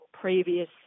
previous